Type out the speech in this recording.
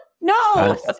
no